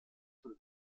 von